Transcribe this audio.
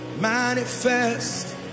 Manifest